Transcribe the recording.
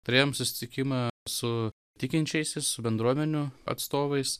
turėjom susitikimą su tikinčiaisiais su bendruomenių atstovais